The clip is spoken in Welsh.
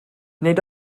nid